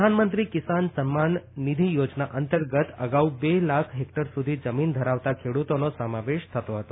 પ્રધાનમંત્રી કિસાન સમ્માન નિધિ અંતર્ગત અગાઉ બે લાખ હેકટર સુધી જમીન ધરાવતાં ખેડુતોનો સમાવેશ થતો હતો